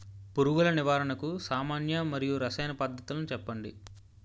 పురుగుల నివారణకు సామాన్య మరియు రసాయన పద్దతులను చెప్పండి?